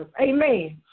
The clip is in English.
Amen